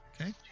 okay